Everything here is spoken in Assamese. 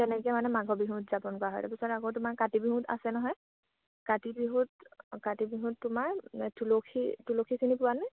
তেনেকে মানে মাঘৰ বিহু উদযাপন কৰা হয় তপিছত আকৌ তোমাৰ কাতি বিহুত আছে নহয় কাতি বিহুত কাতি বিহুত তোমাৰ তুলসী তুলসী চিনি পোৱানে